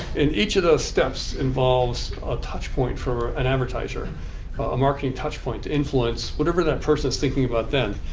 and each of those steps involves a touchpoint for an advertiser, a marketing touchpoint to influence whatever that person is thinking about then.